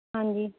ਹਾਂਜੀ